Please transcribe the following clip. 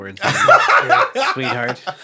sweetheart